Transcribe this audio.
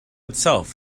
itself